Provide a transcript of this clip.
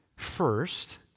First